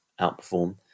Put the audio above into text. outperform